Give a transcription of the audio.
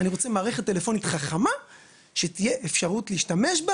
אני רוצה מערכת טלפונית חדשה שתהיה אפשרות להשתמש בה